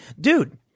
Dude